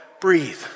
breathe